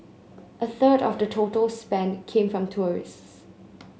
a third of the total spend came from tourists